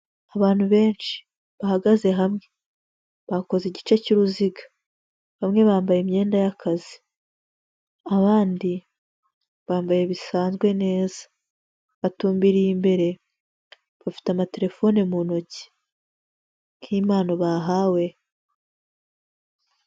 Abantu benshi bahagaze hamwe. Bakoze igice cy'uruziga. Bamwe bambaye imyenda y'akazi. Abandi bambaye bisanzwe neza. Batumbiriye imbere, bafite amatelefone mu ntoki. Nk'impano bahawe.